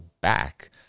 back